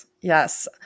yes